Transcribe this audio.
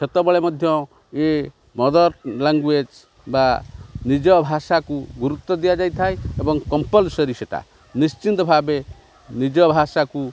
ସେତେବେଳେ ମଧ୍ୟ ଇଏ ମଦର୍ ଲାଙ୍ଗୁଏଜ୍ ବା ନିଜ ଭାଷାକୁ ଗୁରୁତ୍ୱ ଦିଆଯାଇଥାଏ ଏବଂ କମ୍ପଲ୍ସରୀ ସେଇଟା ନିଶ୍ଚିନ୍ତ ଭାବେ ନିଜ ଭାଷାକୁ